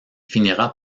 finira